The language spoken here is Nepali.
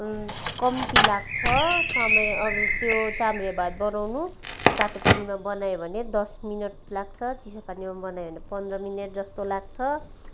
कम्ती लाग्छ समय त्यो चाम्रे भात बनाउनु तातो पानीमा बनायो भने दस मिनेट लाग्छ चियो पानीमा बनायो भने पन्ध्र मिनेट जस्तो लाग्छ